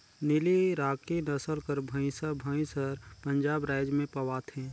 नीली राकी नसल कर भंइसा भंइस हर पंजाब राएज में पवाथे